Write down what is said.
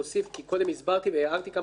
כי קודם הערתי והסברתי כמה דברים,